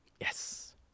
Yes